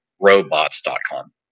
robots.com